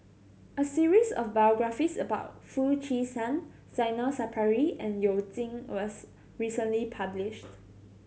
a series of biographies about Foo Chee San Zainal Sapari and You Jin was recently published